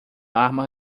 arma